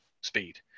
speed